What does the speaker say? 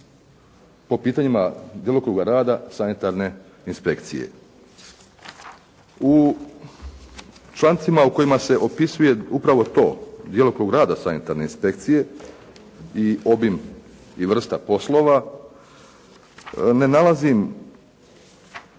po pitanjima djelokruga rada sanitarne inspekcije. U člancima u kojima se opisuje upravo to, djelokrug rada sanitarne inspekcije i obim i vrsta poslova, ne nalazim